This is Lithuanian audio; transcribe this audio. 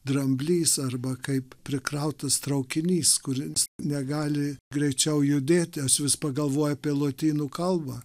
dramblys arba kaip prikrautas traukinys kuris negali greičiau judėti aš vis pagalvoju apie lotynų kalbą